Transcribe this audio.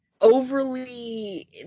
overly